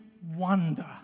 wonder